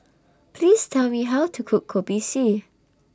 Please Tell Me How to Cook Kopi C